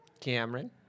Cameron